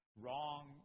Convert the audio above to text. wrong